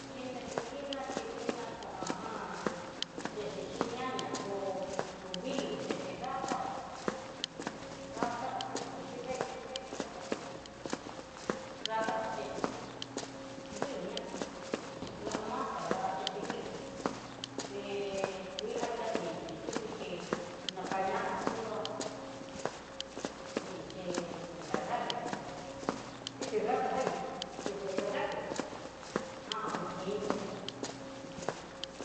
Nine ku iná chí, chí iná kuanjan chechexi ña nga kó no vilú xhe xhe ratá, ratá kuaxhi nrukuxi veedi vee ratá xhexhixi, rata jan xhexhixi, vilú ñá la masa ña xhexhixi vilú, té kui axhia tindo xhi tikuche nakañaxhí kundoá kinxhi contra rabia ese rata se el gato jan kutionxhi vay uj.